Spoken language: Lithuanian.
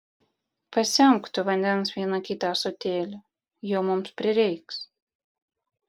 pasemk to vandens vieną kitą ąsotėlį jo mums prireiks